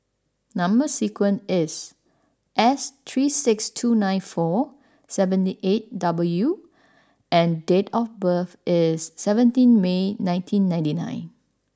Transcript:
number sequence is S three six two nine four seven eight W and date of birth is seventeen May nineteen ninety nine